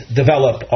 develop